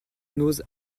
noz